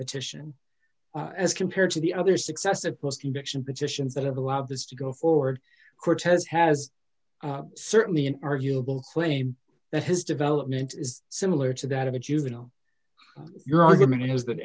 petition as compared to the other successive post conviction petitions that have allowed this to go forward cortez has certainly an arguable flame that his development is similar to that of a juvenile your argument is that